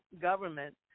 government